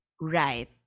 Right